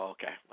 Okay